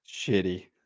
shitty